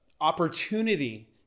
opportunity